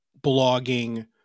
blogging